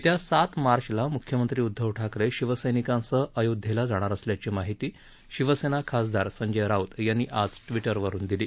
येत्या सात मार्चला मुख्यमंत्री उदधव ठाकरे शिवसैनिकांसह अयोध्येला जाणार असल्याची माहिती शिवसेना खासदार संजय राऊत यांनी आज ट्विटरवरून दिली